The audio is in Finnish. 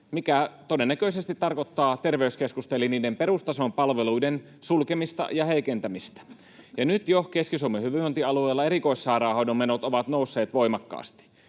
mikä todennäköisesti tarkoittaa terveyskeskusten eli niiden perustason palveluiden sulkemista ja heikentämistä. Jo nyt Keski-Suomen hyvinvointialueella erikoissairaanhoidon menot ovat nousseet voimakkaasti,